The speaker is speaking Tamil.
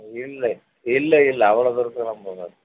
இல்லை இல்லை இல்லை அவ்வளோ தூரத்துக்கெலாம் போகாது